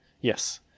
yes